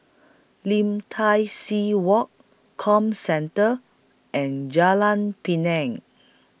Lim Tai See Walk Comcentre and Jalan Pinang